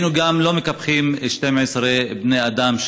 גם לא הייו מקפחים חייהם 12 בני אדם,